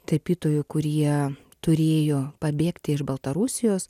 tapytojų kurie turėjo pabėgti iš baltarusijos